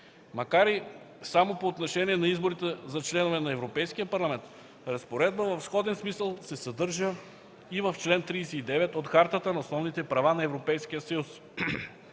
Макар и само по отношение на изборите за членове на Европейския парламент, разпоредба в сходен смисъл се съдържа и в чл. 39 от Хартата на основните права на Европейския съюз.